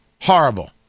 horrible